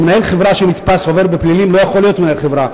מנהל חברה שנתפס עובר בפלילים לא יכול להיות מנהל חברה,